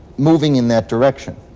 moving in that direction.